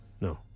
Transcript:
No